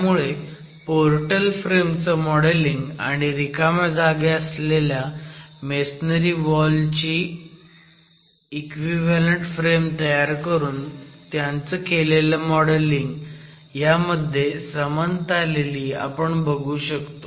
त्यामुळे portal frame चं modelling आणि रिकाम्या जागा असलेल्या मेसनरी वॉल ची इक्विव्हॅलंट फ्रेम तयार करून त्याचं केलेलं मॉडेलिंग ह्यामध्ये समानता आलेली आपण बघू शकतो